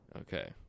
Okay